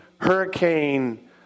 hurricane